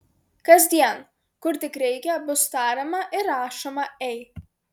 kasdien kur tik reikia bus tariama ir rašoma ei